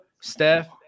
Steph